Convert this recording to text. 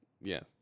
Yes